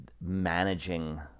managing